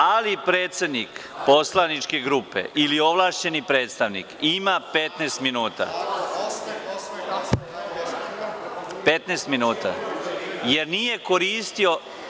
Ali, predsednik poslaničke grupe ili ovlašćeni predstavnik ima 15 minuta, jer nije koristio…